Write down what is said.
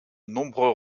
nombreux